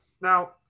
Now